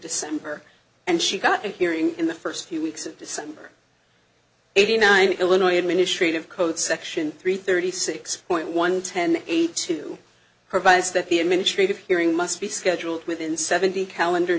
december and she got a hearing in the first few weeks of december eighty nine illinois administrative code section three thirty six point one ten eighty two provides that the administrative hearing must be scheduled within seventy calendar